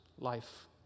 life